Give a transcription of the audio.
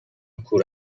کور